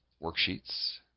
work sheets,